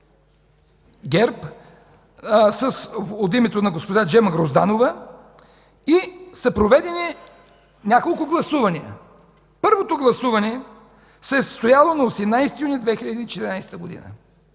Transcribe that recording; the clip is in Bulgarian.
ГЕРБ от името на госпожа Джема Грозданова и са проведени няколко гласувания. Първото гласуване се е състояло на 18 юни 2014 г.